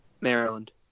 Maryland